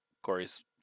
Corey's